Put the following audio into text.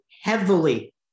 heavily